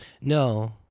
no